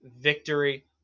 victory